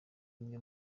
imwe